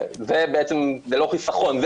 זה לא חיסכון,